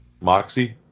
Moxie